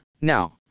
now